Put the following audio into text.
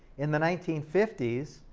in the nineteen fifty s,